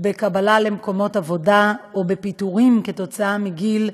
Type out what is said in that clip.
בקבלה למקומות עבודה או בפיטורין כתוצאה מגיל,